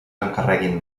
encarreguin